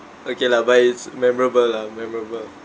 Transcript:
okay lah but it's memorable lah memorable